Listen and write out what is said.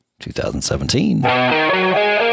2017